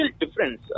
difference